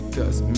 Cause